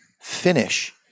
finish